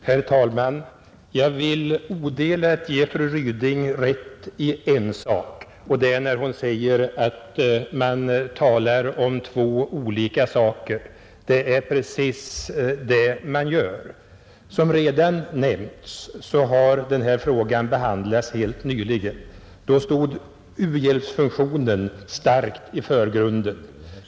Herr talman! Jag vill odelat ge fru Ryding rätt i en sak, och det är när hon säger att man talar om två olika saker. Det är precis det man gör. Som redan nämnts har den här frågan behandlats helt nyligen. Då stod u-hjälpsfunktionen starkt i förgrunden.